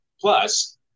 plus